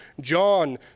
John